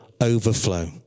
overflow